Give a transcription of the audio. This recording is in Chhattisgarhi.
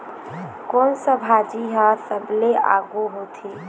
कोन सा भाजी हा सबले आघु होथे?